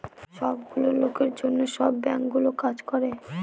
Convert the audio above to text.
সব গুলো লোকের জন্য সব বাঙ্কগুলো কাজ করে